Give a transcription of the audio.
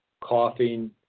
coughing